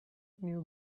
knew